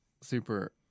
super